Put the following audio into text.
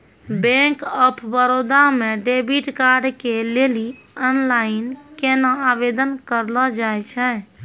Bank of Baroda मे debit card के लेली आनलाइन केना आवेदन करलो जाय छै?